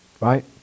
Right